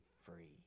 free